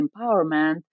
empowerment